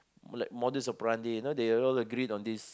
like more this so planted you know they all agreed on this